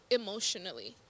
emotionally